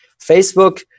Facebook